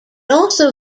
also